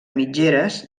mitgeres